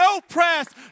Oppressed